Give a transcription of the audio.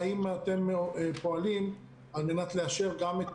האם אתם פועלים על מנת לאשר גם את